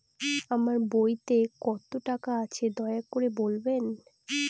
আমার বইতে কত টাকা আছে দয়া করে বলবেন?